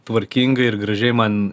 tvarkingai ir gražiai man